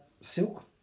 Silk